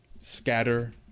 scatter